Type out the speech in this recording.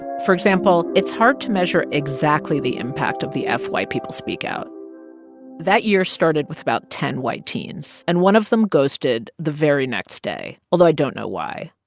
for example, it's hard to measure exactly the impact of the f white people speak out that year started with about ten white teens, and one of them ghosted the very next day, although i don't know why.